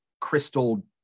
crystal